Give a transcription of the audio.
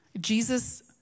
Jesus